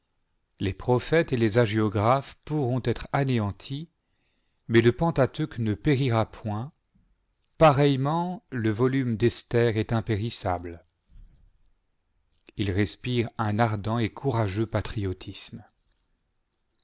les prophètes et les hagiographes pourront être anéantis mais le pentateuque ne péi ira point pareillement le volume d'esther est impérissable il respire un ardent d courageux patriotisme